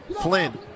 Flynn